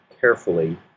carefully